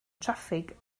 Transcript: traffig